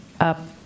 up